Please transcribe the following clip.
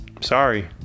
Sorry